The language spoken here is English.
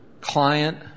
client